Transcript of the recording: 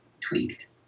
tweaked